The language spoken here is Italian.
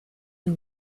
two